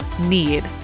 need